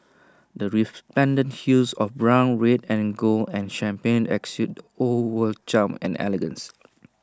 the resplendent hues of brown red and gold and champagne exude old world charm and elegance